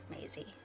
Maisie